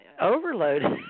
overloaded